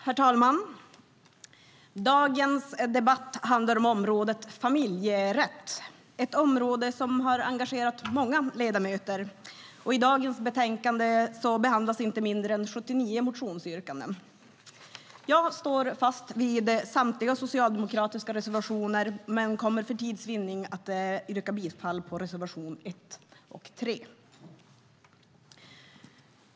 Herr talman! Dagens debatt handlar om området familjerätt. Det är ett område som har engagerat många ledamöter; i dagens betänkande behandlas inte mindre än 79 motionsyrkanden. Jag står fast vid samtliga socialdemokratiska reservationer men kommer för tids vinnande att yrka bifall till reservationerna 1 och 3.